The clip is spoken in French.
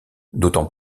d’autant